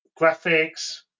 graphics